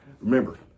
remember